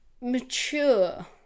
mature